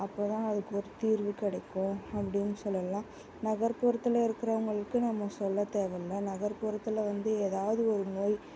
அப்போ தான் அதுக்கொரு தீர்வு கிடைக்கும் அப்படின்னு சொல்லலாம் நகர்ப்புறத்தில் இருக்கிறவுங்களுக்கு நம்ம சொல்ல தேவைல்ல நகர்ப்புறத்தில் வந்து ஏதாவது ஒரு நோய்